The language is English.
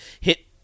Hit